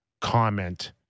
comment